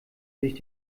sich